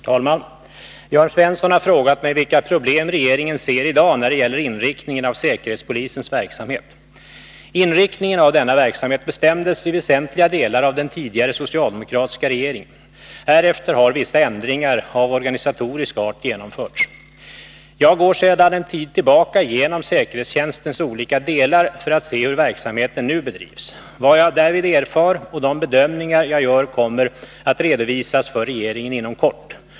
Herr talman! Jörn Svensson har frågat mig vilka problem regeringen ser i dag när det gäller inriktningen av säkerhetspolisens verksamhet. Inriktningen av denna verksamhet bestämdes i väsentliga delar av den tidigare socialdemokratiska regeringen. Härefter har vissa ändringar av organisatorisk art genomförts. Jag går sedan en tid tillbaka igenom säkerhetstjänstens olika delar för att se hur verksamheten nu bedrivs. Vad jag därvid erfar och de bedömningar jag gör kommer att redovisas för regeringen inom kort.